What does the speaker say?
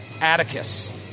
Atticus